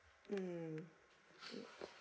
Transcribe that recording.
mm mm